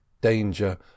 danger